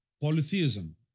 polytheism